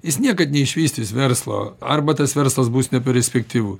jis niekad neišvystys verslo arba tas verslas bus neperspektyvus